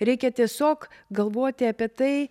reikia tiesiog galvoti apie tai